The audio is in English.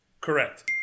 Correct